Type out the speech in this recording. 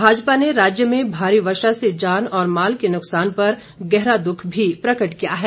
भाजपा ने राज्य में भारी वर्षा से जान और माल के नुकसान पर गहरा दुख भी प्रकट किया है